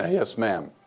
ah yes, ma'am.